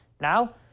Now